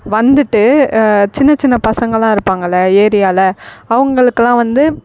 வந்துட்டு சின்னச்சின்ன பசங்களெல்லாம் இருப்பார்கல்ல ஏரியாவில் அவர்களுக்குலாம் வந்து